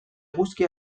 eguzki